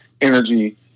energy